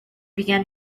began